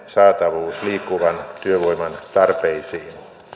saatavuus liikkuvan työvoiman tarpeisiin